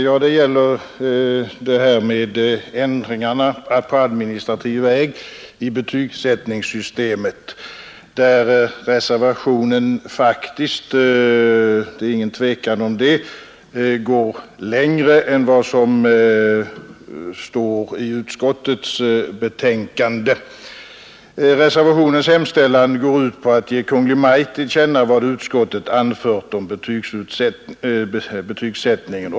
Herr talman! Vad gäller ändringarna på administrativ väg i betygsättningssystemet går reservationen — det är inget tvivel om det — faktiskt längre än vad utskottet gör i sitt betänkande. Reservationens hemställan går ut på att ge Kungl. Maj:t till känna vad utskottet anfört om formerna för betygsättningen.